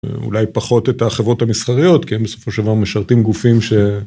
אולי פחות את החברות המסחריות, כי הם בסופו של דבר משרתים גופים ש...